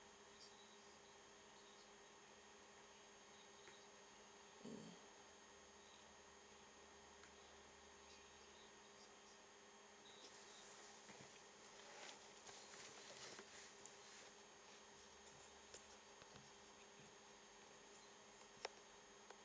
mm